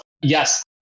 yes